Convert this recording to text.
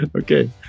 okay